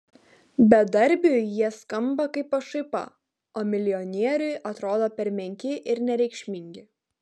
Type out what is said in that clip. bedarbiui jie skamba kaip pašaipa o milijonieriui atrodo per menki ir nereikšmingi